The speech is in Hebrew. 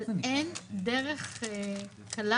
אבל אין דרך קלה